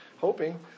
hoping